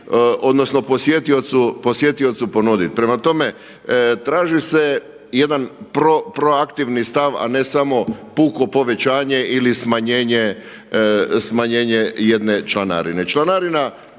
odnosno posjetiocu ponuditi. Prema tome, traži se jedan proaktivan stav, a ne samo puko povećanje ili smanjenje jedne članarine.